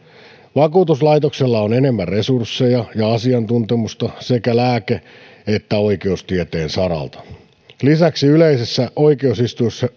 vakuutuslaitoksella on enemmän resursseja ja asiantuntemusta sekä lääke että oikeustieteen saralta lisäksi yleisessä oikeusistuimessa